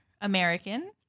American